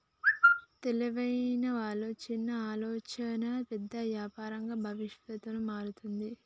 తెలివైన వాళ్ళ చిన్న ఆలోచనే పెద్ద యాపారంగా భవిష్యత్తులో మారతాది